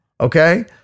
Okay